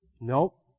Nope